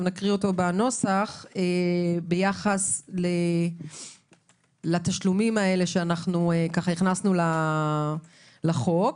נקריא אותו בנוסח ביחס לתשלומים האלה שהכנסנו לחוק.